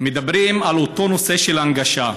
מדברים על אותו נושא של הנגשה,